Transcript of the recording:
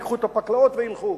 ייקחו את הפקלאות וילכו.